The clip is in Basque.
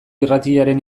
irratiaren